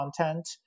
content